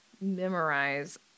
memorize